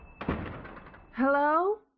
Hello